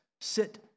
sit